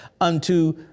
unto